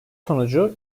sonucu